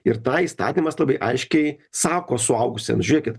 ir tą įstatymas labai aiškiai sako suaugusiems žiūrėkit